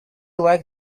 like